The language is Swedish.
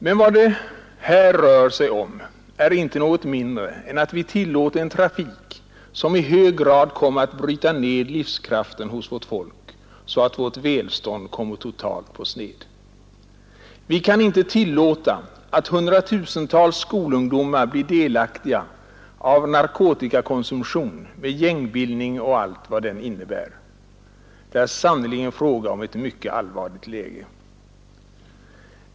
——— Men vad det här rör sig om är inte något mindre än att vi tillåter en trafik som i hög grad kommer att bryta ned livskraften hos vårt folk, så att vårt välstånd kommer totalt på sned. Vi kan inte tillåta att hundratusentals skolungdomar blir delaktiga av narkotikakonsumtion med gängbildning och allt vad den innebär. Det är sannerligen fråga om ett mycket allvarligt läge.